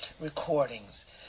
recordings